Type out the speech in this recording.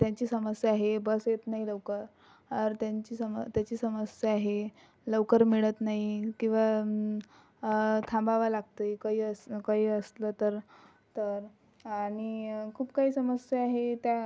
त्यांची समस्या आहे बस येत नाही लवकर आर त्यांची सम त्याची समस्या आहे लवकर मिळत नाही किंवा थांबावं लागतं काही असं काही असलं तर तर आणि खूप काही समस्या आहे त्या